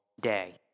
day